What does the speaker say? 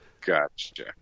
Gotcha